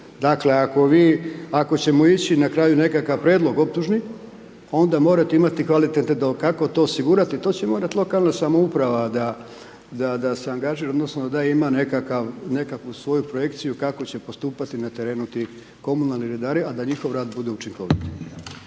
Dakle ako ćemo ići na kraju nekakav prijedlog optužni, onda morate imati kvalitete kako to osigurati, to će morati lokalna samouprava da se angažira odnosno da ima nekakvu svoju projekciju kako će postupati na terenu ti komunalni redari a da njihov rad bude učinkovit.